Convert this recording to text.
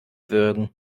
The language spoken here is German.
würgen